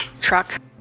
truck